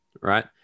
right